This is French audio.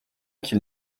qu’il